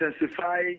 intensify